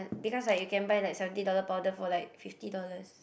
because like you can buy like seventy dollar powder for like fifty dollars